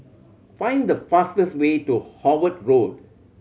find the fastest way to Howard Road